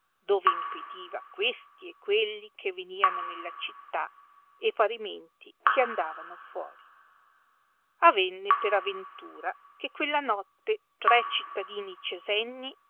dove impediva questi e quelli che veniano nella città e parimenti che andavano fuori avenne per aventura che quella notte tre cittadini cesenni